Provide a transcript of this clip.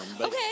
Okay